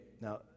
now